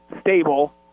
stable